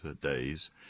days